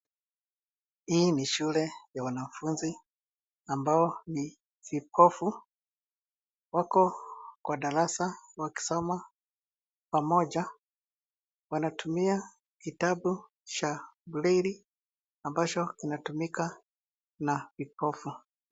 Hii ni shule ya wanafunzi ambao ni vipofu. Wako kwa darasa wakisoma pamoja. Wanatumia kitabu cha braille ambacho inatumika na vipofu.